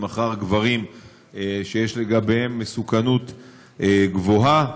אחר גברים שיש לגביהם מסוכנות גבוהה,